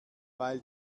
weil